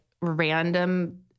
random